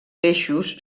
peixos